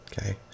okay